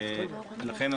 לכן,